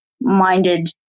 minded